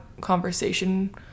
conversation